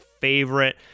favorite